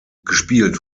gespielt